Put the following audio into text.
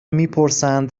میپرسند